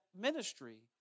ministry